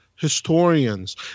Historians